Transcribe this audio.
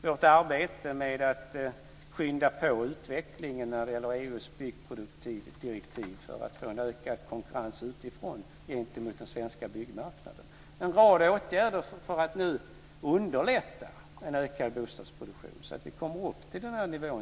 Vårt arbete med att skynda på utvecklingen när det gäller EU:s byggproduktdirektiv för att få en ökad konkurrens utifrån gentemot den svenska byggmarknaden. En rad åtgärder för att underlätta en ökad bostadsproduktion, så att vi kommer upp till nivån